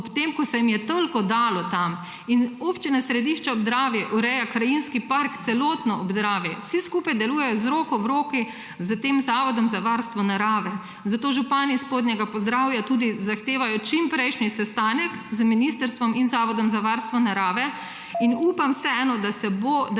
ob tem, ko se jim je toliko dalo tam. Občina Središče ob Dravi ureja krajinski part celotno ob Dravi. Vsi skupaj delujejo z roko v roki s tem zavodom za varstvo narave. Zato župani Spodnjega Podravja tudi zahtevajo čim prejšnji sestanek z ministrstvom in Zavodom za varstvo narave. In upam vseeno, da je še